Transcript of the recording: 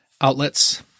outlets